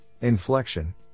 inflection